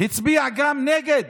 הצביע גם נגד.